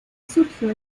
surgió